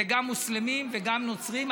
זה גם מוסלמים וגם נוצרים.